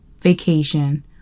vacation